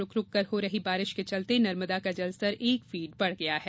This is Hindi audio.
रूक रूक कर हो रही बारिश के चलते नर्मदा का जलस्तर एक फीट बढ़ गया है